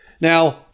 Now